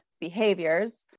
behaviors